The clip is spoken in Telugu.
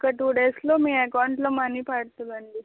ఒక టూ డేస్లో మీ అకౌంట్లో మనీ పడుతుంది అండి